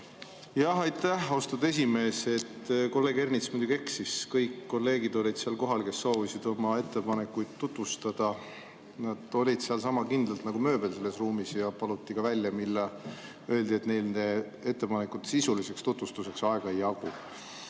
Aitäh, austatud esimees! Kolleeg Ernits muidugi eksis, kõik kolleegid olid seal kohal, kes soovisid oma ettepanekuid tutvustada. Nad olid seal sama kindlalt nagu mööbel selles ruumis ja neil paluti ka välja minna, öeldi, et nende ettepanekute sisuliseks tutvustuseks aega ei jagu. Aga